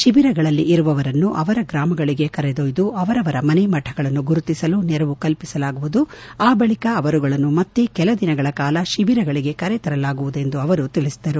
ಶಿಬಿರಗಳಲ್ಲಿರುವವರನ್ನು ಅವರ ಗ್ರಾಮಗಳಿಗೆ ಕರೆದೊಯ್ದು ಅವರವರ ಮನೆ ಮಠಗಳನ್ನು ಗುರುತಿಸಲು ನೆರವು ಕಲ್ಪಿಸಲಾಗುವುದು ಆ ಬಳಿಕ ಅವರುಗಳನ್ನು ಮತ್ತೆ ಕೆಲ ದಿನಗಳ ಕಾಲ ತಿಬಿರಗಳಿಗೆ ಕರೆತರಲಾಗುವುದು ಎಂದು ಅವರು ತಿಳಿಸಿದರು